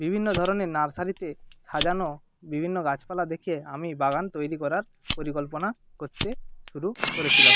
বিভিন্ন ধরনের নার্সারিতে সাজানো বিভিন্ন গাছপালা দেখে আমি বাগান তৈরি করার পরিকল্পনা করতে শুরু করেছিলাম